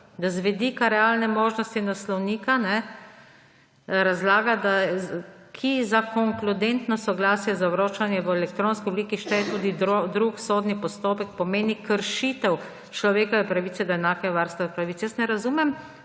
da z vidika realne možnosti naslovnika razlaga, ki za konkludentno soglasje za vročanje v elektronski obliki šteje tudi drug sodni postopek, pomeni kršitev človekove pravice do enakega varstva pravic. Ne razumem,